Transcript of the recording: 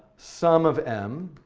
sum of m,